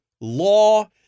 law